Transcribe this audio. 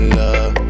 love